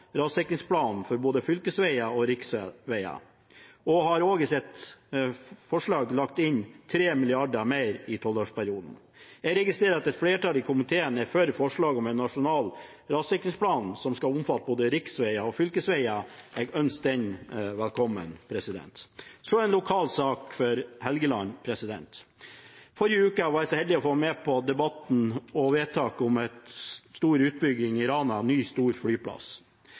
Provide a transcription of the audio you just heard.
for både fylkesveier og riksveier, og har i sitt forslag lagt inn 3 mrd. kr mer i tolvårsperioden. Jeg registrerer at et flertall i komiteen er for et forslag om en nasjonal rassikringsplan som skal omfatte både riksveier og fylkesveier, og jeg ønsker den velkommen. Så en lokal sak for Helgeland: Forrige uke var jeg så heldig å få være med på debatten og vedtaket om en stor utbygging i Rana – en ny, stor flyplass.